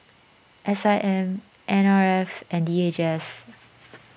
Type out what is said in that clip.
S I M N R F and D H S